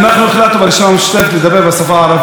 אנחנו החלטנו ברשימה המשותפת לדבר בשפה הערבית.